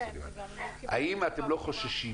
האם אתם לא חוששים